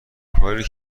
کاری